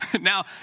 Now